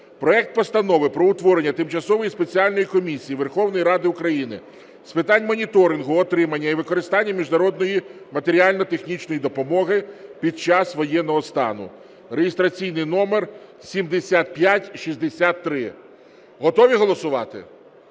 проект Постанови про утворення Тимчасової спеціальної комісії Верховної Ради України з питань моніторингу отримання і використання міжнародної матеріально-технічної допомоги під час воєнного стану (реєстраційний номер 7563). Готові голосувати?